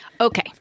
Okay